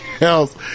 else